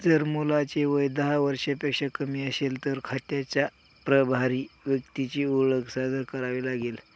जर मुलाचे वय दहा वर्षांपेक्षा कमी असेल, तर खात्याच्या प्रभारी व्यक्तीची ओळख सादर करावी लागेल